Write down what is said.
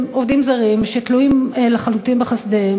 עובדים זרים שתלויים לחלוטין בחסדיהם,